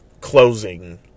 closing